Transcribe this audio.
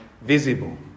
visible